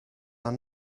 are